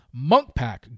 MonkPack